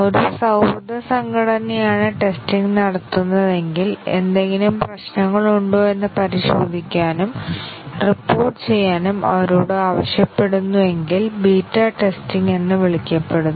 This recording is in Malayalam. ഒരു സൌഹൃദ സംഘടനയാണ് ടെസ്റ്റിംഗ് നടത്തുന്നതെങ്കിൽ എന്തെങ്കിലും പ്രശ്നങ്ങളുണ്ടോ എന്ന് പരിശോധിക്കാനും റിപ്പോർട്ട് ചെയ്യാനും അവരോട് ആവശ്യപ്പെടുന്നു എങ്കിൽ ബീറ്റ ടെസ്റ്റിംഗ് എന്ന് വിളിക്കപ്പെടുന്നു